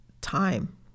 time